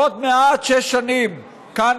עוד מעט שש שנים כאן,